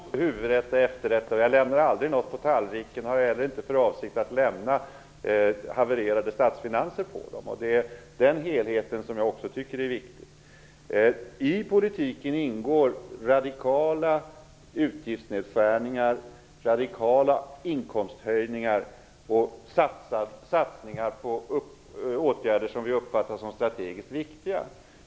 Herr talman! Jag tycker nog att vi försöker äta både huvudrätt och efterrätt. Jag lämnar aldrig något på tallriken och har heller inte för avsikt att lämna havererade statsfinanser på den. Den helheten tycker jag också är viktig. I politiken ingår radikala utgiftsnedskärningar, radikala inkomsthöjningar och satsningar på åtgärder som vi uppfattar som strategiskt viktiga.